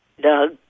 Doug